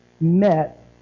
Met